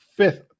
Fifth